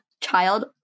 child